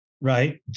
Right